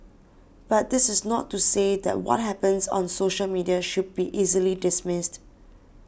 but this is not to say that what happens on social media should be easily dismissed